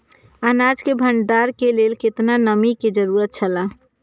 अनाज के भण्डार के लेल केतना नमि के जरूरत छला?